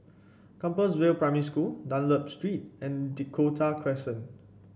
Compassvale Primary School Dunlop Street and Dakota Crescent